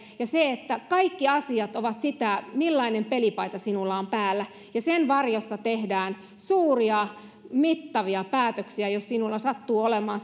ja se että kaikki asiat ovat sitä millainen pelipaita sinulla on päällä ja sen varjossa tehdään suuria mittavia päätöksiä jos sinulla sattuu olemaan